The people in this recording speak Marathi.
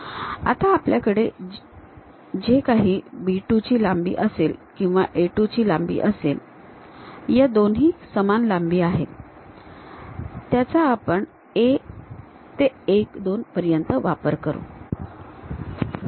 आता आपल्याकडे जी कहाणी B 2 ची लांबी असेल किंवा A 2 ची लांबी असेल या दोन्ही समान लांबी आहेत त्याचा आपण A ते 1 2 पर्यंत वापर करू